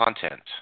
content